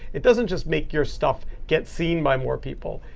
it doesn't just make your stuff get seen by more people.